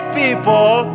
people